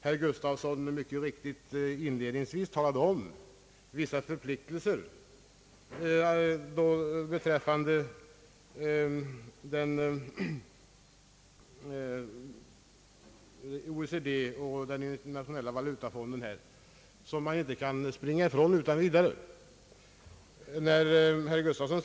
Herr Gustafsson nämnde inledningsvis vissa förpliktelser gentemot OECD och den internationella valutafonden. Dessa förpliktelser kan vi inte utan vidare springa ifrån.